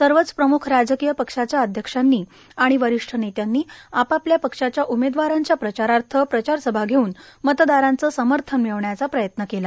सर्वच प्रमुख राजकीय पक्षांच्या अध्यक्षांनी आणि वरिष्ठ नेत्यांनी आपापल्या पक्षाच्या उमदेवारांच्या प्रचारार्थ प्रचारसभा घेऊन मतदारांचं समर्थन मिळविण्याचा प्रयत्न केला